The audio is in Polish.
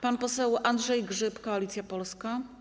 Pan poseł Andrzej Grzyb, Koalicja Polska.